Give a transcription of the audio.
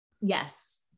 Yes